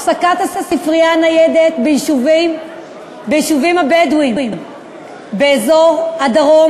הפסקת הספרייה הניידת ביישובים הבדואיים באזור הדרום,